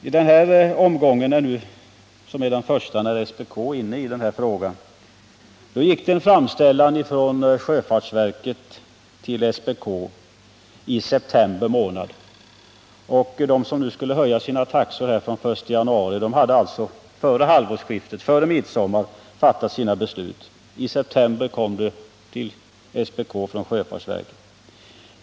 I det nu aktuella fallet, som är det första där SPK är inkopplad på sådana här frågor, gick det i september månad en framställan från sjöfartsverket till SPK. De som önskade höja sina taxor fr.o.m. den 1 januari hade före halvårsskiftet, ja redan före midsommaren 1978, fattat sina beslut härom.